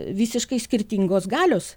visiškai skirtingos galios